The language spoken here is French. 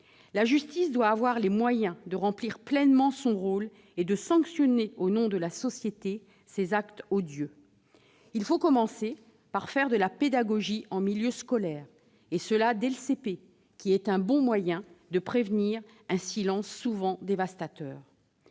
La justice doit avoir les moyens de remplir pleinement son rôle et de sanctionner, au nom de la société, ces actes odieux. Il faut commencer par faire de la pédagogie en milieu scolaire, et ce dès le cours préparatoire. C'est un bon moyen de prévenir l'installation d'un silence souvent dévastateur.